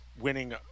winning